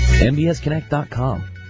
MBSConnect.com